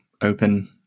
open